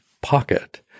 pocket